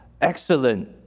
excellent